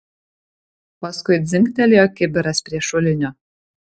paskui dzingtelėjo kibiras prie šulinio